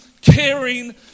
caring